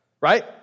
right